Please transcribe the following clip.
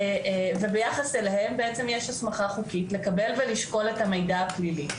ביחס אליהם יש הסמכה חוקית לקבל ולשקול את המידע הפלילי.